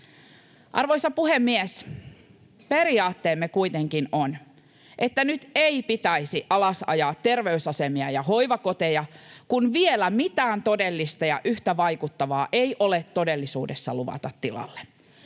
Arvoisa puhemies! Periaatteemme kuitenkin on, että nyt ei pitäisi alasajaa terveysasemia ja hoivakoteja, kun vielä mitään todellista ja yhtä vaikuttavaa ei ole todellisuudessa luvata tilalle.